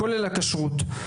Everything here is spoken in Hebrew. כולל הכשרות.